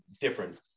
different